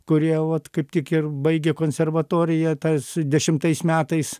kurie vat kaip tik ir baigė konservatoriją tas dešimtais metais